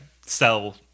sell